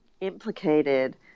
implicated